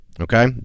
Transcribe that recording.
okay